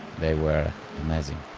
they were amazing.